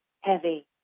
heavy